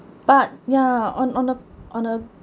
but ya on on a on a